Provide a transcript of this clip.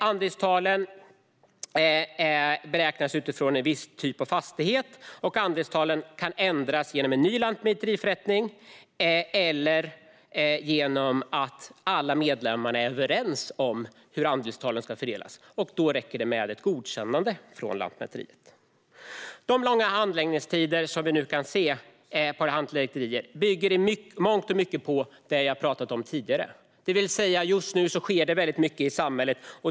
Andelstalen beräknas utifrån en viss typ av fastighet och kan ändras genom en ny lantmäteriförrättning eller genom att alla medlemmar är överens om hur andelstalen ska fördelas. Då räcker det med ett godkännande från Lantmäteriet. De långa handläggningstider vi nu kan se på Lantmäteriet beror i mångt och mycket på det jag har talat om tidigare, det vill säga att det just nu sker väldigt mycket i samhället.